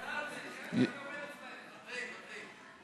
ויתרתי,